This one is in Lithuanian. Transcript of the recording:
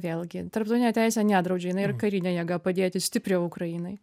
vėlgi tarptautinė teisė nedraudžia jinai ir karine jėga padėti stipriau ukrainai